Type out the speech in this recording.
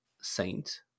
saint